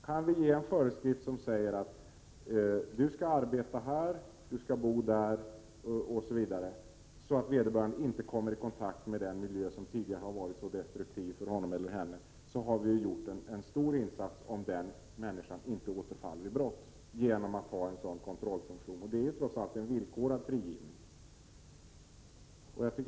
Kan vi ge en föreskrift som säger att du skall arbeta här, du skall bo där osv., så att vederbörande inte kommer i kontakt med den miljö som tidigare varit så Prot. 1987/88:110 destruktiv för honom eller henne, så har vi gjort en stor insats för att denna 28 april 1988 människa inte skall återfalla i brott. Det gäller ju trots allt en villkorlig frigivning.